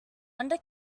under